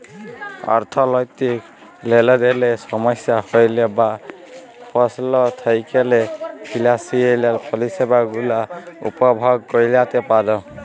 অথ্থলৈতিক লেলদেলে সমস্যা হ্যইলে বা পস্ল থ্যাইকলে ফিলালসিয়াল পরিছেবা গুলা উপভগ ক্যইরতে পার